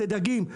זה דגים,